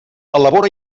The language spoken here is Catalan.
elabora